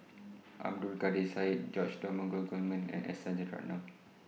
Abdul Kadir Syed George Dromgold Coleman and S Rajaratnam